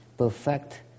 Perfect